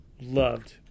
loved